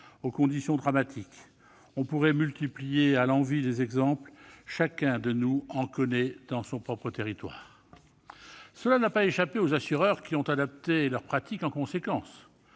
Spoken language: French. aux conséquences dramatiques. On pourrait multiplier à l'envi les exemples, chacun de nous en connaît dans son propre territoire. Cela n'a pas échappé aux assureurs qui ont adapté leurs pratiques en conséquence.